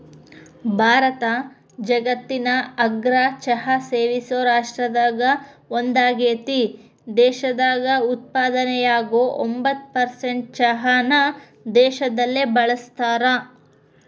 ಭಾರತ ಜಗತ್ತಿನ ಅಗ್ರ ಚಹಾ ಸೇವಿಸೋ ರಾಷ್ಟ್ರದಾಗ ಒಂದಾಗೇತಿ, ದೇಶದಾಗ ಉತ್ಪಾದನೆಯಾಗೋ ಎಂಬತ್ತ್ ಪರ್ಸೆಂಟ್ ಚಹಾನ ದೇಶದಲ್ಲೇ ಬಳಸ್ತಾರ